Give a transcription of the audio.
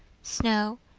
snow,